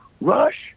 Rush